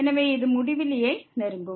எனவே இது முடிவிலியை நெருங்கும்